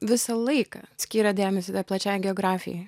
visą laiką skyrė dėmesį tai plačiai geografijai